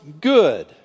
good